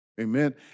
Amen